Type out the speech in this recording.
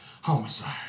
homicide